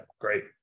Great